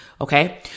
okay